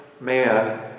man